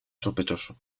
sospechoso